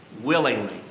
willingly